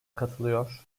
katılıyor